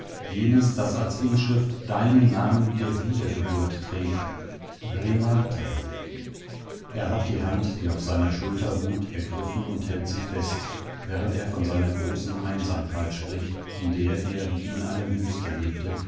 jenes das als inschrift deinen namen der wiedergeburt trägt renata er hat die hand die auf seiner schulter ruht ergriffen und hält sie fest während er von seiner großen einsamkeit spricht in der er wie in einer wüste lebte